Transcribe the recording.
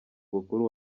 mukuru